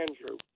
Andrew